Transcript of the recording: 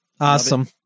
Awesome